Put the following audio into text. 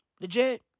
Legit